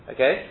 Okay